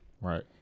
Right